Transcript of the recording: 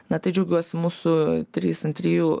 na tai džiaugiuosi mūsų trys ant trijų